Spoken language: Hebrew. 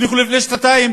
הבטיחו לפני שנתיים,